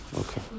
Okay